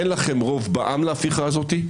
אין לכם רוב בעם להפיכה הזאת,